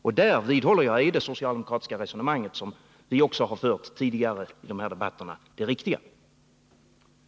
Jag vidhåller att på den punkten är det socialdemokratiska resonemanget, 145 som vi också har fört tidigare i dessa debatter, det riktiga. 10 Riksdagens protokoll 1980/81:158-159